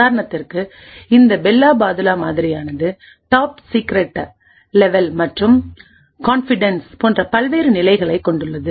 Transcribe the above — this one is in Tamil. உதாரணத்திற்குஇந்த பெல் லா பாதுலா மாதிரியானது டாப் சீக்ரெட் லேவெல் மற்றும் கான்பிடன்ஸ் போன்ற பல்வேறு நிலைகளைக் கொண்டுள்ளது